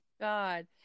God